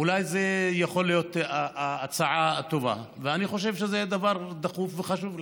אולי זו יכולה להיות ההצעה הטובה ואני חושב שזה דבר דחוף וחשוב לעשותו.